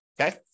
okay